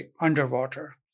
underwater